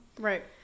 Right